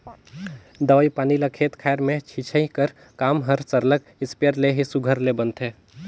दवई पानी ल खेत खाएर में छींचई कर काम हर सरलग इस्पेयर में ही सुग्घर ले बनथे